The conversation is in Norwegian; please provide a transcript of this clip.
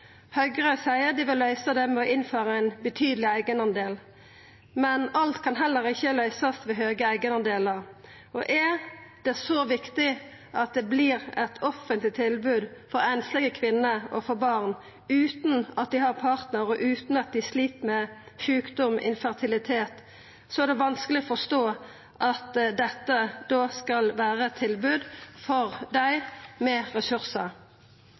Høgre seier dei vil løysa det ved å innføra ein betydeleg eigendel, men alt kan heller ikkje løysast ved høge eigendelar. Og er det så viktig at det vert eit offentleg tilbod for einslege kvinner å få barn? Utan at dei har partnar og utan at dei slit med sjukdom og infertilitet, er det vanskeleg å forstå at dette da skal vera eit tilbod for dei med ressursar.